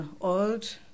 old